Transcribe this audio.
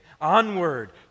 Onward